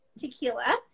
tequila